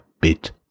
bit